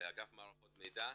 לאגף מערכות מידע,